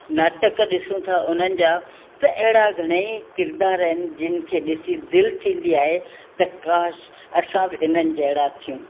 नाटक ॾिसू था उन्हनि जा त अहिड़ा घणेई किरिदार आहिनि जिनि खे ॾिसी दिलि थींदी आहे त काश असां बि इन्हनि जहिड़ा थियूं